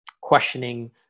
questioning